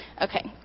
Okay